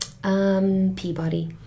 Peabody